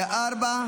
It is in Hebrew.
2024,